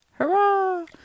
Hurrah